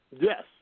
yes